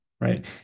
Right